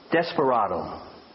Desperado